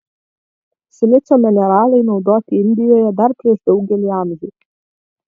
silicio mineralai naudoti indijoje dar prieš daugelį amžių